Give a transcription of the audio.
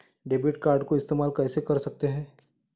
Debit card को इस्तेमाल कैसे करते हैं?